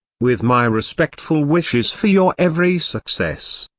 with my respectful wishes for your every success.